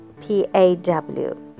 P-A-W